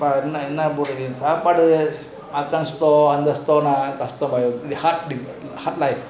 என்ன என்ன போடுறது சாப்பாடு அதன்:enna enna podurathu sapadu athan store அந்த:antha store hard to hard like